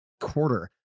quarter